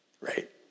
right